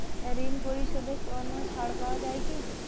ঋণ পরিশধে কোনো ছাড় পাওয়া যায় কি?